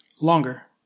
Longer